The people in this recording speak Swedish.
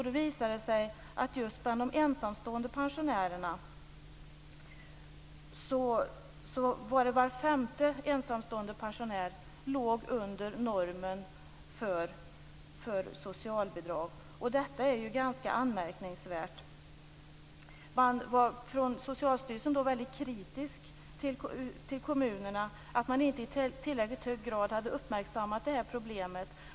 Det visade sig att var femte ensamstående pensionär låg under normen för socialbidrag. Detta är ganska anmärkningsvärt. Från Socialstyrelsen var man väldigt kritisk mot kommunerna för att de inte i tillräckligt hög grad hade uppmärksammat problemet.